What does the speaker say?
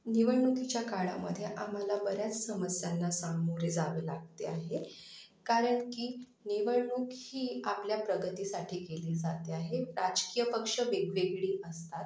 निवडणुकीच्या काळामध्ये आम्हाला बऱ्याच समस्यांना सामोरे जावे लागते आहे कारण की निवडणूक ही आपल्या प्रगतीसाठी केली जाते आहे राजकीय पक्ष वेगवेगळी असतात